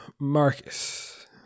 Marcus